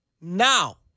Now